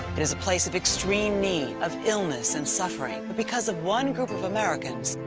there's a place of extreme need of illness and suffering because of one group of americans,